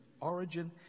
origin